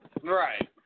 Right